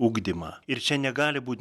ugdymą ir čia negali būt